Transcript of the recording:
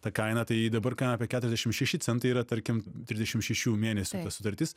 ta kaina tai dabar kaina apie keturiasdešim šeši centai yra tarkim trisdešim šešių mėnesių sutartis